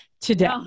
today